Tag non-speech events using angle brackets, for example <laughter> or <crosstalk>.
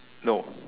no <breath>